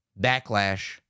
Backlash